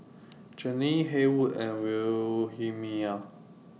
Jeanine Haywood and Wilhelmina